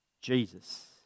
Jesus